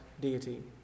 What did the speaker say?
deity